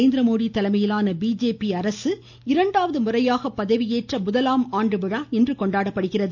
நரேந்திரமோடி தலைமையிலான பிஜேபி அரசு இரண்டாவது முறையாக பதவியேற்ற முதலாம் ஆண்டு விழா இன்று கொண்டாடப்படுகிறது